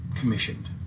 commissioned